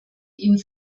ihn